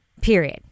Period